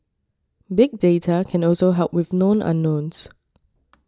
big data can also help with known unknowns